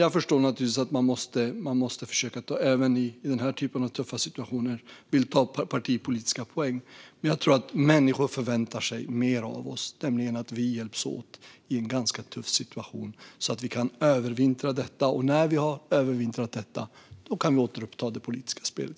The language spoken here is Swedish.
Jag förstår naturligtvis att man även i den här typen av tuffa situationer vill ta partipolitiska poäng. Men jag tror att människor förväntar sig mer av oss, nämligen att vi hjälps åt i en ganska tuff situation så att vi kan övervintra detta. Och när vi har övervintrat detta kan vi återuppta det politiska spelet.